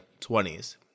20s